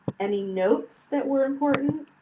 any notes that were important.